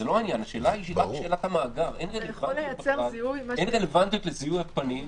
אין רלוונטיות לזיהוי הפנים.